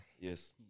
Yes